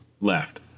left